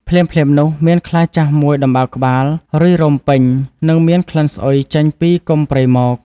ភ្លាមៗនោះ មានខ្លាចាស់មួយដំបៅក្បាល រុយរោមពេញ និងមានក្លិនស្អុយចេញពីគុម្ពព្រៃមក។